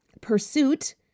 pursuit